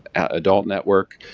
and adult network,